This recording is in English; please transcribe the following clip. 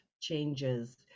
changes